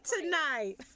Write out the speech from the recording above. tonight